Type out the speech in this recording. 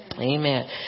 Amen